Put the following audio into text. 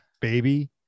baby